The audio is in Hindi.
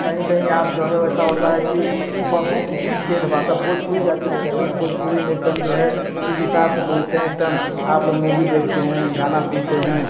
कहीं कहीं आप जो है वैसा होता है कि बहुत ही ठेठ भाषा भोजपुरी जाते हुए जाइए भोजपुरी में एकदम जो है इस हिसाब से बोलते हैं एकदम आप लोग मूवी देखते हैं गाना सुनते हैं